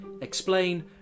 explain